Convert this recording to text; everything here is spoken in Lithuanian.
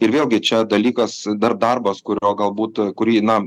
ir vėlgi čia dalykas dar darbas kurio galbūt kurį na